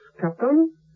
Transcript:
Captain